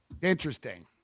Interesting